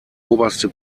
oberste